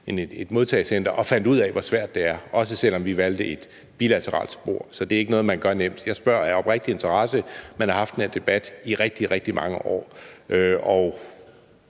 end et modtagecenter, og fandt ud af, hvor svært det er, også selv om vi valgte et bilateralt spor; så det er ikke noget, man gør nemt. Jeg spørger af oprigtig interesse. Man har haft den her debat i rigtig, rigtig mange år,